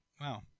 Wow